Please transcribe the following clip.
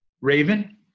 Raven